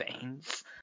veins